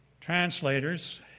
Translators